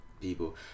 people